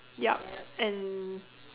yup and